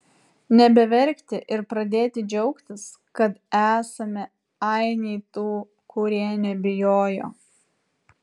nebeverkti ir pradėti džiaugtis kad esame ainiai tų kurie nebijojo